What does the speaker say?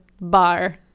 bar